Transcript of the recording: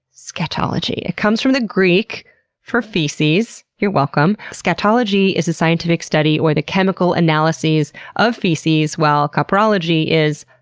scatology it comes from the greek for feces, you're welcome. scatology is the scientific study or the chemical analyses of feces, while caprology is,